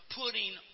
putting